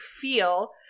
feel